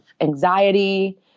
anxiety